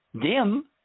dim